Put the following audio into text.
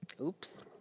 oops